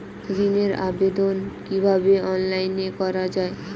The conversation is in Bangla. ঋনের আবেদন কিভাবে অনলাইনে করা যায়?